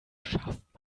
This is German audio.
schafft